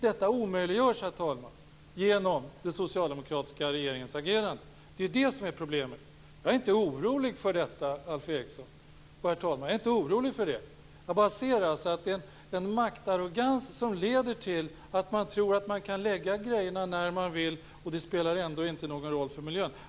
Detta omöjliggörs genom den socialdemokratiska regeringens agerande. Det är det som är problemet. Jag är inte orolig, Alf Eriksson. Jag bara ser att det är en maktarrogans som leder till att man tror att man kan lägga fram sakerna när man vill, och det spelar ändå ingen roll för miljön.